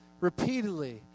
repeatedly